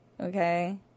okay